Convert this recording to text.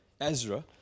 Ezra